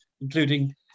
including